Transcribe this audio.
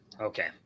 Okay